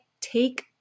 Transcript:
take